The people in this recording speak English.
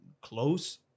close